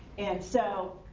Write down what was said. and so,